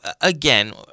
again